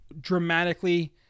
dramatically